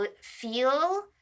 feel